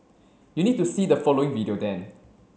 you need to see the following video then